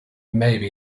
maybe